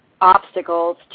obstacles